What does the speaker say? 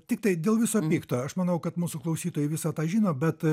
tiktai dėl viso pikto aš manau kad mūsų klausytojai visą tą žino bet